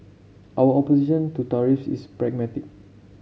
our opposition to tariff is pragmatic